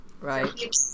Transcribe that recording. Right